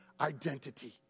identity